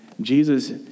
Jesus